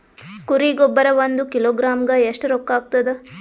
ಕುರಿ ಗೊಬ್ಬರ ಒಂದು ಕಿಲೋಗ್ರಾಂ ಗ ಎಷ್ಟ ರೂಕ್ಕಾಗ್ತದ?